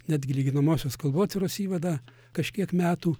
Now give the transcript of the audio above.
netgi lyginamosios kalbotyros įvadą kažkiek metų